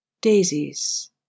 daisies